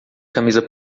camisa